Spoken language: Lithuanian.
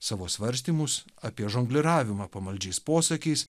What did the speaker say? savo svarstymus apie žongliravimą pamaldžiais posakiais